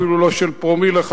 אפילו לא של פרומיל אחד.